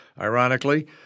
ironically